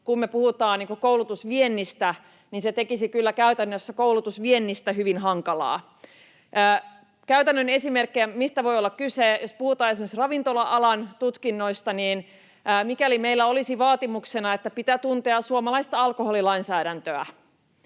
me puhutaan koulutusviennistä, niin se tekisi kyllä käytännössä koulutusviennistä hyvin hankalaa. Käytännön esimerkkejä, mistä voi olla kyse: Jos puhutaan esimerkiksi ravintola-alan tutkinnoista, niin mikäli meillä olisi vaatimuksena, että pitää tuntea suomalaista alkoholilainsäädäntöä,